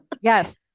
Yes